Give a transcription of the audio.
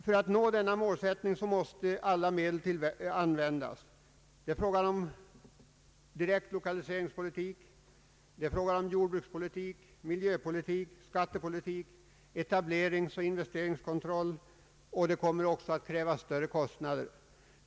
För att nå denna målsättning måste alla medel användas — det är fråga om direkt lokaliseringspolitik, jordbrukspolitik, miljöpolitik, skattepolitik, etableringsoch investeringskontroll. Det kommer också att dra stora kostnader.